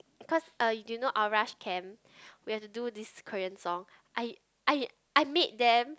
because uh do you know camp we had to do this Korean song I I I made them